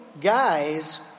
guys